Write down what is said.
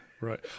right